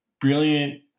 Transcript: brilliant